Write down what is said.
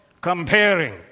comparing